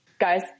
Guys